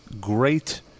great